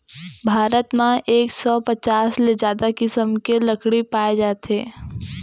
भारत म एक सौ पचास ले जादा किसम के लकड़ी पाए जाथे